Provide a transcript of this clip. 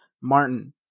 Martin